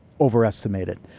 overestimated